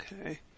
Okay